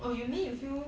oh you mean you feel